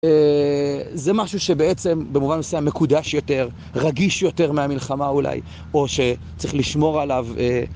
זה משהו שבעצם במובן מסויים מקודש יותר, רגיש יותר מהמלחמה אולי, או שצריך לשמור עליו.